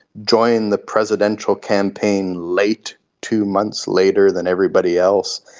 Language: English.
joined the presidential campaign late, two months later than everybody else,